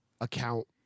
account